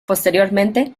posteriormente